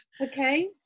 Okay